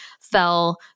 fell